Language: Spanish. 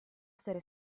ser